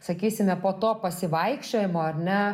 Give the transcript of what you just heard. sakysime po to pasivaikščiojimo ar ne